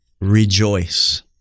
rejoice